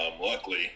Luckily